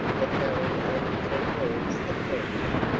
but knowing only ten words of french,